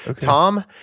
Tom